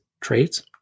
traits